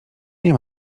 nie